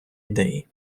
ідеї